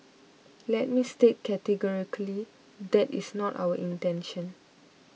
let me state categorically that is not our intention